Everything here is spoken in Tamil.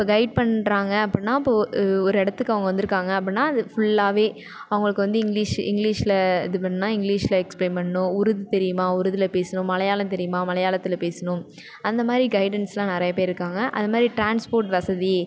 இப்போ கெய்டு பண்ணுறாங்க அப்புடின்னா இப்போ ஒரு இடத்துக்கு அவங்க வந்திருக்காங்க அப்புடின்னா அது ஃபுல்லாகவே அவங்களுக்கு வந்து இங்கிலிஷ் இங்கிலிஷ்ல இது பண்ணால் இங்கிலிஷ்ல எக்ஸ்பிளைன் பண்ணும் உருது தெரியுமா உருதில் பேசணும் மலையாளம் தெரியுமா மலையாளத்தில் பேசணும் அந்தமாதிரி கெய்டன்ஸ்லாம் நிறைய பேர் இருக்காங்க அதுமாதி ரி ட்ரான்ஸ்போர்ட் வசதி